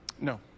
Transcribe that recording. No